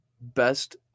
best